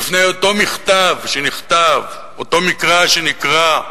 בפני אותו מכתב שנכתב, אותה קריאה שנקראה